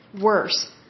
worse